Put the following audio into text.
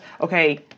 okay